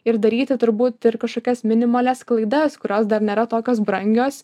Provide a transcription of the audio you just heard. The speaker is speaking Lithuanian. ir daryti turbūt ir kažkokias minimalias klaidas kurios dar nėra tokios brangios